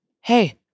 hey